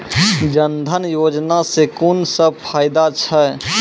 जनधन योजना सॅ कून सब फायदा छै?